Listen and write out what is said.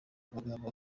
amagambo